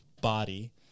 body